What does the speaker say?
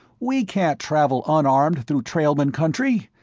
we can't travel unarmed through trailmen country!